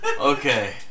Okay